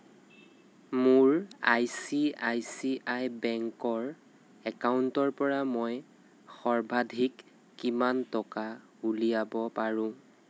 মোৰ I C I C I বেংকৰ একাউণ্টৰ পৰা মই সৰ্বাধিক কিমান টকা উলিয়াব পাৰোঁ